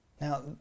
Now